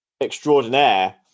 extraordinaire